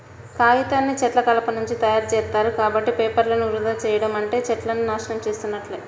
కాగితాన్ని చెట్ల కలపనుంచి తయ్యారుజేత్తారు, కాబట్టి పేపర్లను వృధా చెయ్యడం అంటే చెట్లను నాశనం చేసున్నట్లే